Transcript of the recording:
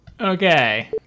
okay